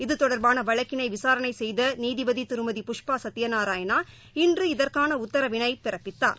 இதுதொடர்பானவழக்கினைவிசாரணைசெய்தநீதிபதிதிருமதி புஷ்பாசத்தியநாராயணா இன்று இதற்கானஉத்தரவினைபிறப்பித்தார்